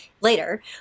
later